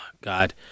God